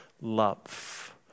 love